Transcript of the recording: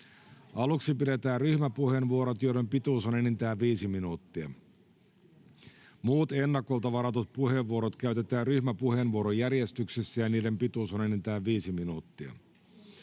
Aluksi pidetään ryhmäpuheenvuorot, joiden pituus on enintään viisi minuuttia. Muut ennakolta varatut puheenvuorot käytetään ryhmäpuheenvuorojärjestyksessä, ja niiden pituus on enintään viisi minuuttia.